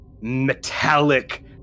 metallic